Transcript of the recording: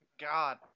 God